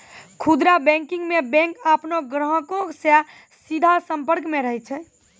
खुदरा बैंकिंग मे बैंक अपनो ग्राहको से सीधा संपर्क मे रहै छै